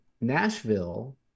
Nashville